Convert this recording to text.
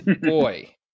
boy